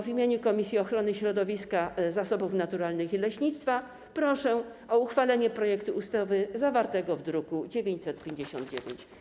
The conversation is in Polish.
W imieniu Komisji Ochrony Środowiska, Zasobów Naturalnych i Leśnictwa proszę o uchwalenie projektu ustawy zawartego w druku nr 959.